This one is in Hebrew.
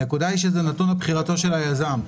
הנקודה היא שזה נתון לבחירתו של היזם,